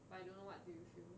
but I don't know what do you feel